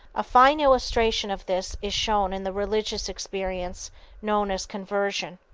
a fine illustration of this is shown in the religious experience known as conversion.